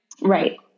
Right